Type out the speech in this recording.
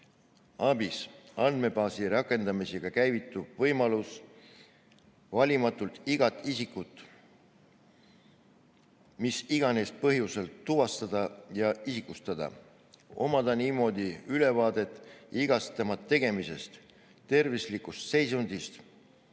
ABIS‑andmebaasi rakendamisega käivitub võimalus valimatult iga isikut mis iganes põhjusel tuvastada ja isikustada, omada niimoodi ülevaadet igast tema tegemisest, tervislikust seisundist,